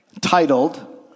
titled